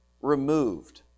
removed